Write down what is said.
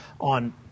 on